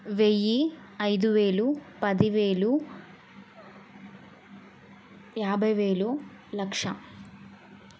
వెయ్యి ఐదువేలు పదివేలు యాభైవేలు లక్ష